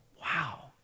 Wow